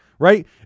Right